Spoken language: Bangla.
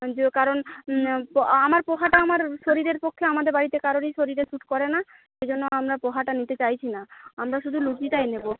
যে কারণ আমার পোহাটা আমার শরীরের পক্ষে আমাদের বাড়িতে কারোরই শরীরে স্যুট করে না সেই জন্য আমরা পোহাটা নিতে চাইছি না আমরা শুধু লুচিটাই নেব